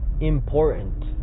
important